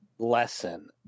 lesson